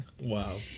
Wow